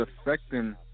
affecting